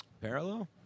Parallel